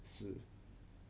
死